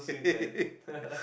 and stick